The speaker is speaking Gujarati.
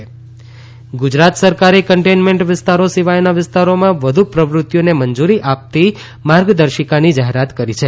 અનલોક પાંચ ગુજરાત સરકારે કન્ટેનમેન્ટ વિસ્તારો સિવાયના વિસ્તારોમાં વધુ પ્રવૃતિઓને મંજુરી આપતી માર્ગદર્શિકાની જાહેરાત કરી છે